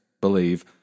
believe